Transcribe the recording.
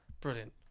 Brilliant